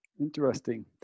Interesting